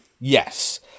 Yes